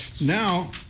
now